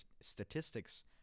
statistics